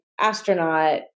astronaut